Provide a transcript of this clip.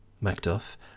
Macduff